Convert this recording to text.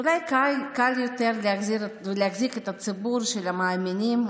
אולי קל יותר להחזיק את הציבור של המאמינים,